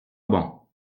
bon